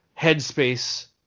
headspace